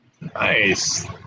Nice